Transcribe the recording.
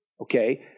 Okay